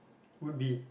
would be